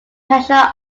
pressure